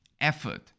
Effort